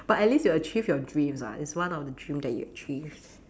but at least you achieved your dreams [what] it's one of the dream that you achieved